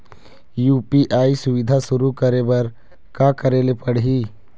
UPI सुविधा शुरू करे बर का करे ले पड़ही?